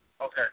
Okay